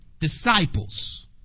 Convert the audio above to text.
disciples